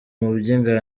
muri